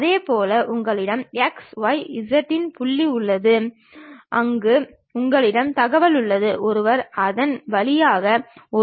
முழு உளக்காட்சி வரைபடத்தை பொறுத்தவரை வரைபடத்தாளில் உருவாக்குவது சற்றே சிரமமாகும்